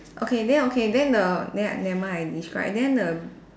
okay then okay then the then never mind I describe then the